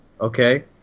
okay